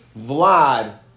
Vlad